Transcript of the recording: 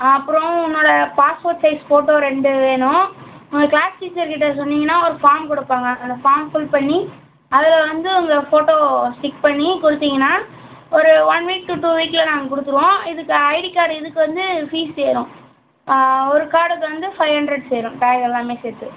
அப்புறம் உன்னோடய passport size photo ரெண்டு வேணும் உங்கள் கிளாஸ் டீச்சர் கிட்ட சொன்னீங்கன்னால் ஒரு ஃபார்ம் கொடுப்பாங்க அந்த ஃபார்ம் ஃபில் பண்ணி அதில் வந்து உங்கள் ஃபோட்டோவை ஃபிட் பண்ணி கொடுத்தீங்கன்னா ஒரு ஒன் வீக் டு டூ வீக்கில் நாங்கள் கொடுத்துடுவோம் இதுக்கு ஐடி கார்டு இதுக்கு வந்து ஃபீஸ் ஏறும் ஒரு கார்டுக்கு வந்து ஃபைவ் ஹண்ரட் சேரும் டேக் எல்லாமே சேர்த்து